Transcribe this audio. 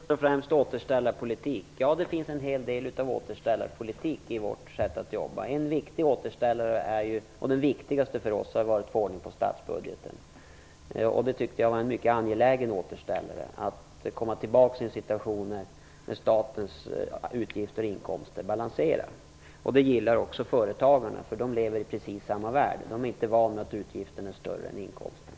Herr talman! Det är riktigt att det finns en hel del av återställarpolitik i vårt sätt jobba. Den viktigaste återställaren har för oss varit att få ordning på statsbudgeten. Jag tyckte att det var mycket angeläget att komma tillbaka till en situation där statens utgifter och inkomster är balanserade. Det gillar också företagarna, för de lever ju i precis samma värld. De är inte vana vid att utgifterna är större än inkomsterna.